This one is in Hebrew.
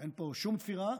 אין פה שום תפירה,